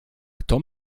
kto